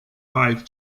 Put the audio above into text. five